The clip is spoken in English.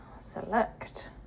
select